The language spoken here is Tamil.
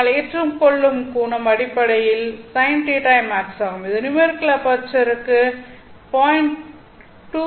ஆனால் ஏற்றுக்கொள்ளும் கோணம் அடிப்படையில் sin θimax ஆகும் இது நியூமெரிக்கல் அபெர்ச்சருக்கு 0